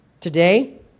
Today